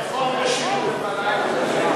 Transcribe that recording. איפה המשילות?